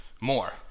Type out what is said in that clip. more